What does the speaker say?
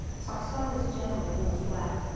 so i saw this gentleman who was black.